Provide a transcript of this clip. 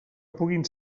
puguin